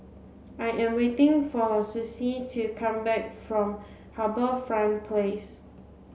I am waiting for Sussie to come back from HarbourFront Place